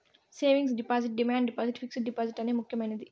savings deposit demand deposit fixed deposit అనే ముక్యమైనది